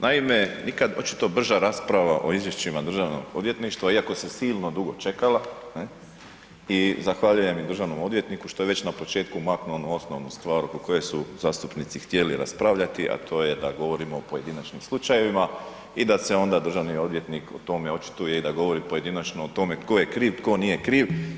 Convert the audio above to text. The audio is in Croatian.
Naime, nikad očito brža rasprava o izvješćima DORH-a iako se silno dugo čekala i zahvaljujem državnom odvjetniku što je već na početku maknuo onu osnovnu stvar oko koje su zastupnici htjeli raspraviti, a to je da govorimo o pojedinačnim slučajevima i da se onda državni odvjetnik o tome očituje i da govori pojedinačno o tome tko je kriv, tko nije kriv.